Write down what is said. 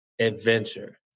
adventure